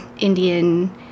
Indian